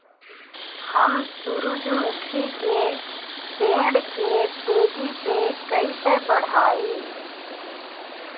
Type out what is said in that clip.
हम सुरुजमुखी के पेड़ के तेजी से कईसे बढ़ाई?